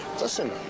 listen